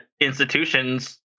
institutions